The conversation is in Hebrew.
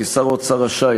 כי שר האוצר רשאי,